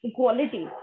quality